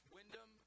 Wyndham